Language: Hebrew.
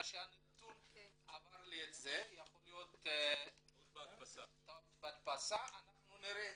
יכול להיות טעות בהדפסה, אנחנו נראה.